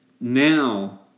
now